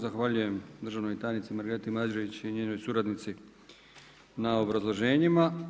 Zahvaljujem državnoj tajnici Margareti Mađerić i njenoj suradnici na obrazloženjima.